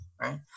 Right